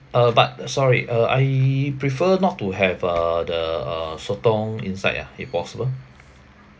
uh but uh sorry uh I prefer not to have uh the uh sotong inside ah if possible